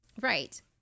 right